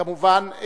כמובן,